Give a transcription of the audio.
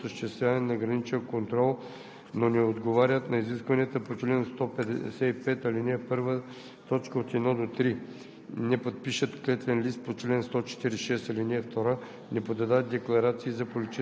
и поддържането на постоянна летателна годност на въздухоплавателните средства, използвани за осъществяване на граничен контрол, но не отговарят на изискванията по чл. 155, ал. 1, т.